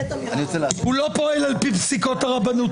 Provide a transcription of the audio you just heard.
הוא לא פועל על פי פסיקות הרבנות